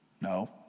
No